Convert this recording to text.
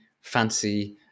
fancy